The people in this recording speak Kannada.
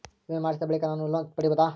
ವಿಮೆ ಮಾಡಿಸಿದ ಬಳಿಕ ನಾನು ಲೋನ್ ಪಡೆಯಬಹುದಾ?